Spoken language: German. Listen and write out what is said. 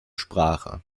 sprache